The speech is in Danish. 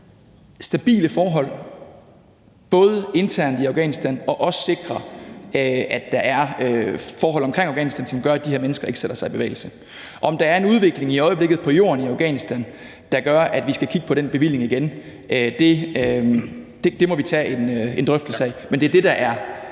stabile forhold internt i Afghanistan og også sikre, at der er forhold omkring Afghanistan, som gør, at de her mennesker ikke sætter sig i bevægelse. Om der er en udvikling i øjeblikket på jorden i Afghanistan, der gør, at vi skal kigge på den bevilling igen, må vi tage en drøftelse af. Men det er det, der er